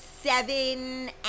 seven